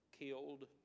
killed